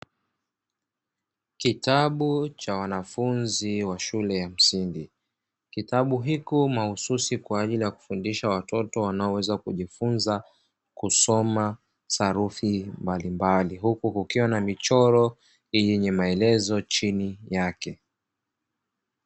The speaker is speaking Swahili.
Kitabu cha wanafunzi wa shule ya msingi, kitabu hicho mahususi kwa ajili ya kufundisha watoto wanaoweza kujifunza sarufi mbalimbali, huku kukiwa na michoro yenye maelezo chini yake.